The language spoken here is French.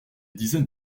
dizaines